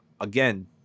again